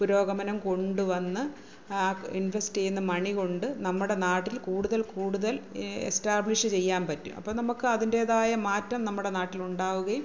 പുരോഗമനം കൊണ്ടുവന്ന് ഇൻവെസ്റ്റ് ചെയ്യുന്ന മണി കൊണ്ട് നമ്മുടെ നാട്ടിൽ കൂടുതൽ കൂടുതൽ എസ്ടാബ്ലിഷ് ചെയ്യാൻ പറ്റും അപ്പം നമുക്ക് അതിൻ്റെതായ മാറ്റം നമ്മുടെ നാട്ടിൽ ഉണ്ടാവുകയും